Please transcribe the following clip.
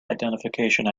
identification